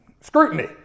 scrutiny